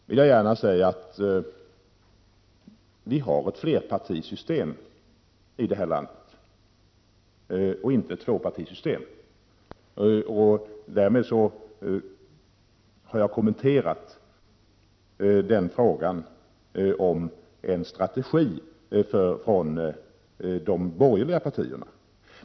Vi har också ett flerpartisystem här i landet och inte ett tvåpartisystem. Därmed har jag kommenterat frågan om en strategi från de borgerliga partierna.